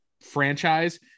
franchise